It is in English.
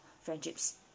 friendships